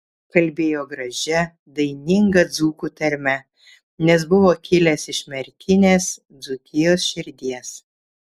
kalbėjo gražia daininga dzūkų tarme nes buvo kilęs iš merkinės dzūkijos širdies